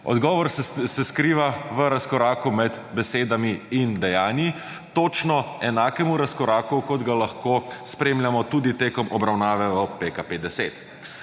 Odgovor se skriva v razkoraku med besedami in dejanji točno enakemu razkoraku kot ga lahko spremljamo tudi tekom obravnave v PKP-10.